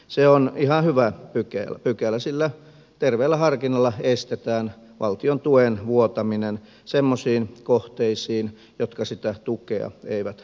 se on ihan hyvä pykälä sillä terveellä harkinnalla estetään valtion tuen vuotaminen semmoisiin kohteisiin jotka sitä tukea eivät tarvitse